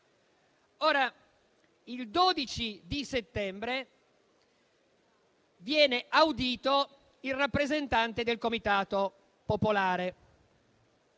Il 12 settembre viene audito il rappresentante del comitato popolare.